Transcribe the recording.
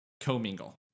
co-mingle